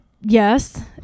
yes